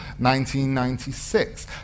1996